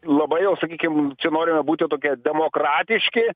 labai jau sakykim čia norime būti tokie demokratiški